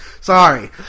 Sorry